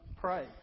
pray